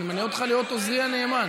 אני ממנה אותך להיות עוזרי הנאמן.